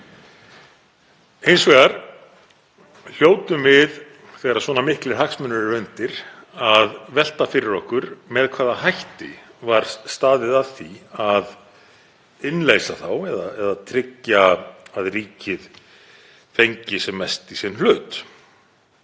Hins vegar hljótum við þegar svona miklir hagsmunir eru undir að velta fyrir okkur með hvaða hætti var staðið að því að innleysa þá eða tryggja að ríkið fengi sem mest í sinn hlut.